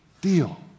deal